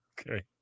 Okay